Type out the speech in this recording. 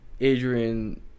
Adrian